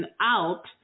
out